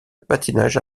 patinage